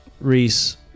Reese